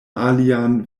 alian